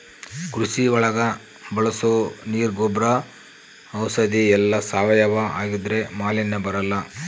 ಕೃಷಿ ಒಳಗ ಬಳಸೋ ನೀರ್ ಗೊಬ್ರ ಔಷಧಿ ಎಲ್ಲ ಸಾವಯವ ಆಗಿದ್ರೆ ಮಾಲಿನ್ಯ ಬರಲ್ಲ